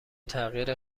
تغییر